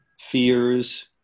fears